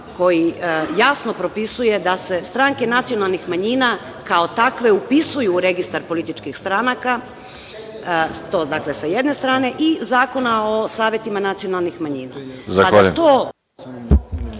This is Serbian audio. koji jasno propisuje da se stranke nacionalnih manjina kao takve upisuju u registar političkih stranaka. Dakle, to sa jedne strane i Zakona o savetima nacionalnih manjina.